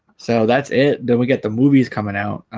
so that's it don't we get the movies coming out